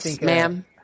Ma'am